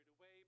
away